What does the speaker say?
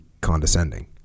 condescending